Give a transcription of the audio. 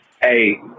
hey